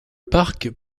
parc